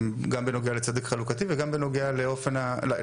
גם בנוגע לצדק חלוקתי וגם בנוגע להיתכנות